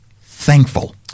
thankful